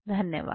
धन्यवाद